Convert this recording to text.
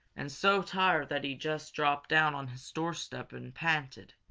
and so tired that he just dropped down on his doorstep and panted.